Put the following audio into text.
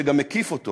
שגם מקיף אותו